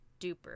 duper